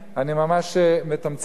אני ממש מתמצת,